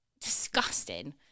disgusting